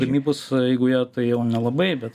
gamybos eigoje tai jau nelabai bet